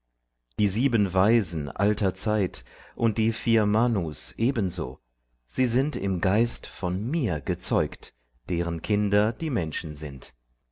die sieben weisen alter zeit und die vier manus ebenso sie sind im geist von mir gezeugt deren kinder die menschen sind